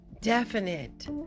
definite